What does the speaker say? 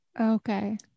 Okay